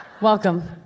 Welcome